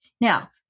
Now